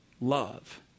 love